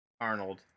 Arnold